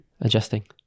Adjusting